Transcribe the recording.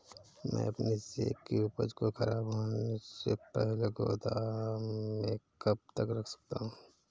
मैं अपनी सेब की उपज को ख़राब होने से पहले गोदाम में कब तक रख सकती हूँ?